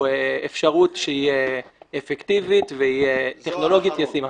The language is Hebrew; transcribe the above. אפשרות שהיא אפקטיבית והיא טכנולוגית ישימה.